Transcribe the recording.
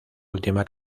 última